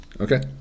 Okay